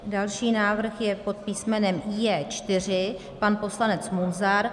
Další návrh je pod písmenem J4, pan poslanec Munzar.